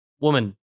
woman